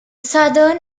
southern